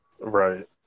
Right